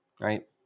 Right